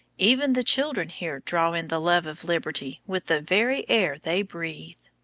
even the children here draw in the love of liberty with the very air they breathe.